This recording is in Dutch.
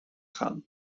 gaan